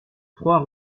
trois